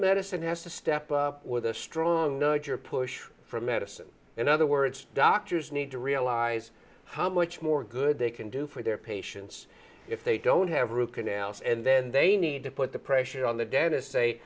medicine has to step up with a strong push for medicine in other words doctors need to realize how much more good they can do for their patients if they don't have root canals and then they need to put the pressure on the dentist